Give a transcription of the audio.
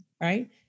right